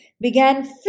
began